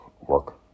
work